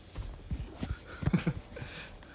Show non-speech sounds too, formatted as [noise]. [breath] no~ ya true lah true lah